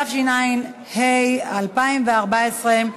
התשע"ה 2014,